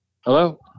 hello